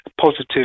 Positive